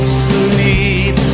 sleep